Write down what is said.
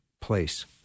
place